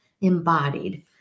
embodied